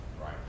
Right